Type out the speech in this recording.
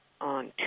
on